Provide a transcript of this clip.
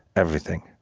everything,